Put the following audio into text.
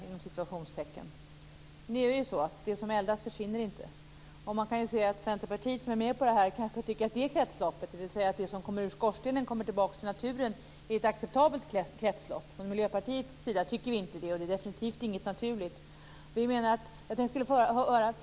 Jag är rädd för det, men jag hoppas att det inte är så. Det som eldas försvinner inte. Centerpartiet, som är med på detta, kanske tycker att det kretsloppet - dvs. att det som kommer ur skorstenen kommer tillbaka till naturen - är ett acceptabelt kretslopp. Det tycker vi inte från Miljöpartiets sida. Det är definitivt ingenting naturligt.